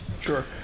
sure